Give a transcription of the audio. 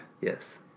Yes